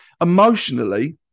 Emotionally